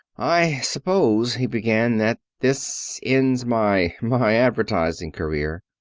i suppose, he began, that this ends my my advertising career.